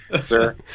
sir